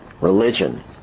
Religion